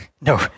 No